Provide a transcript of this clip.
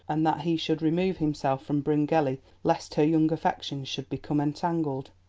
and that he should remove himself from bryngelly lest her young affections should become entangled.